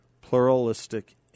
Pluralistic